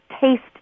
taste